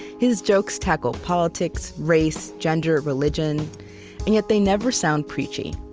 his jokes tackle politics, race, gender, religion and yet they never sound preachy.